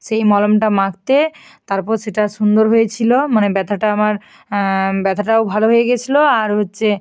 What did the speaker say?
সেই মলমটা মাখতে তারপর সেটা সুন্দর হয়েছিল মানে ব্যথাটা আমার ব্যথাটাও ভালো হয়ে গিয়েছিল আর হচ্ছে